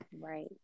Right